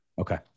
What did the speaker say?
Okay